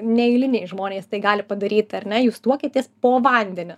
neeiliniai žmonės tai gali padaryti ar ne jūs tuokėtės po vandeniu